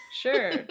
sure